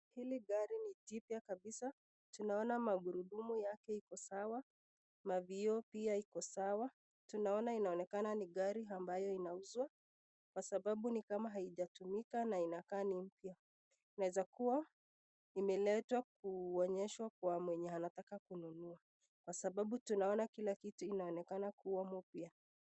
Hili gari ni jipya kabisa. Tunaona magurudumu yake iko sawa, na vioo pia iko sawa. Tunaona inaonekana ni gari ambayo inauzwa na kwa sababu ni kama haijatumika na inaka ni mpya. Inawezakuwa imeletwa kuonyeswa kwa mwenye anataka kununua kwa sababu tunaona kilakitu inaonekana kuwa mupya.